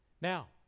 now